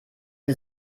sie